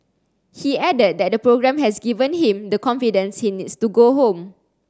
he added that that programme has given him the confidence he needs to go home